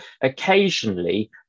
Occasionally